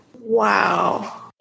Wow